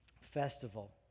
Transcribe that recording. festival